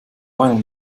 einem